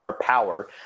power